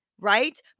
right